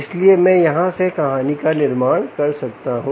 इसलिए मैं यहां से कहानी का निर्माण कर सकता हूं